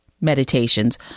meditations